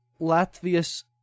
Latvia's